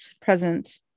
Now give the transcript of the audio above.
present